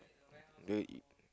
wait t~